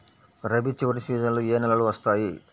రబీ చివరి సీజన్లో ఏ నెలలు వస్తాయి?